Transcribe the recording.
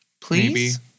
Please